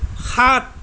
সাত